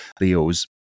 Leos